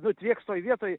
nutvieks toj vietoj